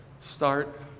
start